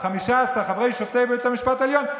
15 שופטי בית המשפט העליון,